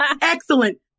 Excellent